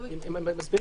הם מסבירים.